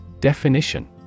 Definition